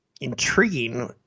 intriguing